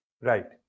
Right